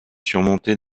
surmonté